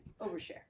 Overshare